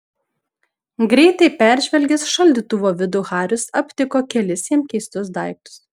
greitai peržvelgęs šaldytuvo vidų haris aptiko kelis jam keistus daiktus